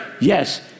yes